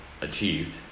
achieved